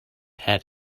had